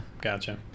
Gotcha